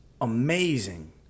amazing